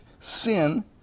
sin